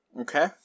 Okay